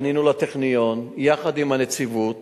פנינו לטכניון יחד עם הנציבות,